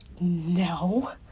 no